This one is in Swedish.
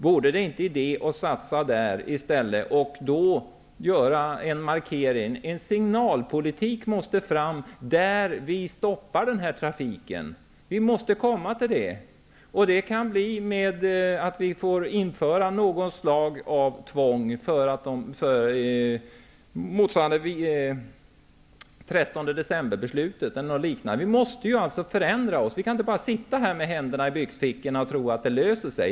Vore det inte idé att satsa pengarna där i stället? Man måste göra en markering. Man måste bedriva en politik som innebär att en signal går fram så att vi stoppar den här trafiken. Vi måste komma till detta. Vi kan behöva införa något slag av tvång, motsvarande 13 decemberbeslutet eller något liknande. Vi måste förändra. Vi kan inte bara sitta här med händerna i byxfickorna och tro att det löser sig.